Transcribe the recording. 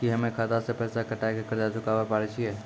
की हम्मय खाता से पैसा कटाई के कर्ज चुकाबै पारे छियै?